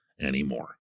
anymore